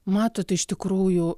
matot iš tikrųjų